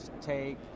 take